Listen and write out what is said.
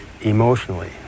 emotionally